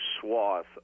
swath